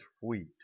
wheat